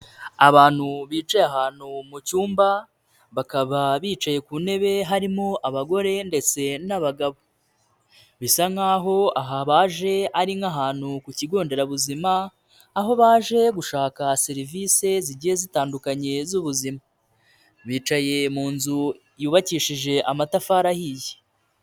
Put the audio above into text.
Abantu bicaye ahantu mu cyumba bakaba bicaye ku ntebe harimo abagore ndetse n'abagabo, bisa nkaho aha baje ari nk'ahantu ku kigo nderabuzima, aho baje gushaka serivise zigiye zitandukanye z'ubuzima, bicaye mu nzu yubakishije amatafari ahiye.